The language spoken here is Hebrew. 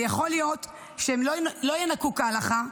ויכול להיות שהם לא ינקו כהלכה,